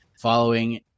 following